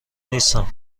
نیستم